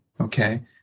okay